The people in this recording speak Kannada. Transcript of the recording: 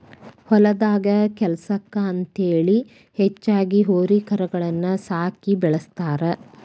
ಹೊಲದಾಗ ಕೆಲ್ಸಕ್ಕ ಅಂತೇಳಿ ಹೆಚ್ಚಾಗಿ ಹೋರಿ ಕರಗಳನ್ನ ಸಾಕಿ ಬೆಳಸ್ತಾರ